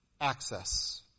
access